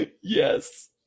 Yes